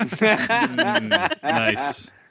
Nice